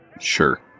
sure